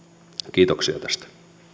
kiitoksia tästä